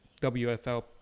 WFL